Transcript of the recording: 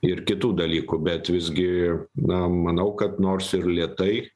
ir kitų dalykų bet visgi na manau kad nors ir lėtai